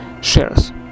shares